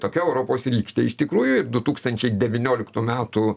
tokia europos rykštė iš tikrųjų ir du tūkstančiai devynioliktų metų